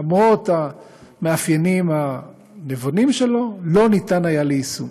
למרות המאפיינים הנבונים שלו, לא היה ניתן ליישמו.